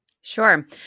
Sure